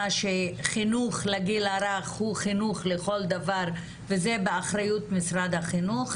שחינוך לגיל הרך הוא חינוך לכל דבר וזה באחריות משרד החינוך,